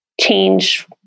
change